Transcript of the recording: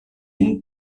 une